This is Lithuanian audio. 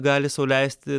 gali sau leisti